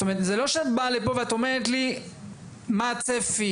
זה לא שאת באה לפה ואת אומרת לי מה הצפי,